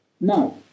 No